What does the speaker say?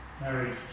Married